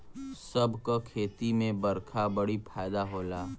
सब क खेती में बरखा बड़ी फायदा होला